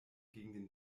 gegen